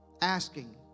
Asking